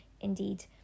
indeed